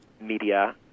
media